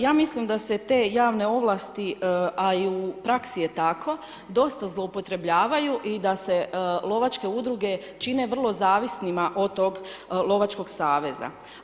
Ja mislim da se te javne ovlasti, a i u praksi je tako, dosta zloupotrebljavaju i da se lovačke udruge čine vrlo zavisnima od tog Lovačkog saveza.